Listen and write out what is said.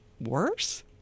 worse